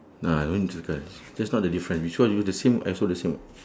no ah don't circle that's not the difference we check you the same I also the same [what]